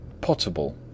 Potable